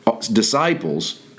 disciples